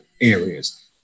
areas